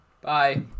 Bye